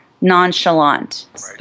nonchalant